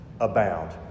abound